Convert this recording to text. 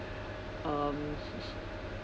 um